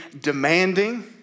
demanding